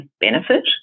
benefit